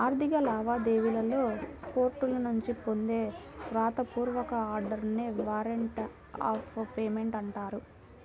ఆర్థిక లావాదేవీలలో కోర్టుల నుంచి పొందే వ్రాత పూర్వక ఆర్డర్ నే వారెంట్ ఆఫ్ పేమెంట్ అంటారు